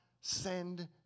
send